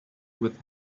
with